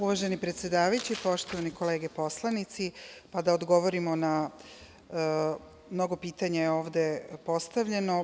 Uvaženi predsedavajući, poštovane kolege poslanici, da odgovorim, mnogo pitanja je ovde postavljeno.